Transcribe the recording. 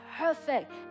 perfect